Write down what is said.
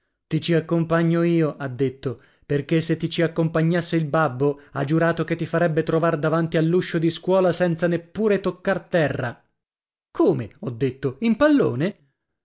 ci accompagno io ha detto perché se ti ci accompagnasse il babbo ha giurato che ti farebbe trovar davanti all'uscio di scuola senza neppure toccar terra come ho detto in pallone